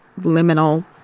liminal